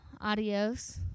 Adios